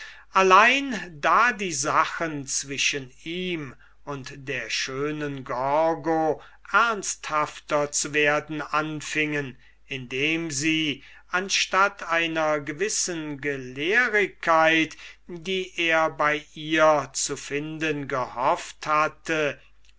allein da die sachen zwischen ihm und der schönen gorgo ernsthafter zu werden anfingen indem sie anstatt einer gewissen gelehrigkeit die er bei ihr zu finden gehofft hatte